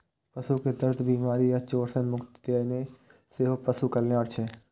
पशु कें दर्द, बीमारी या चोट सं मुक्ति दियेनाइ सेहो पशु कल्याण छियै